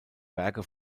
werke